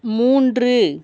மூன்று